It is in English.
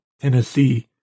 Tennessee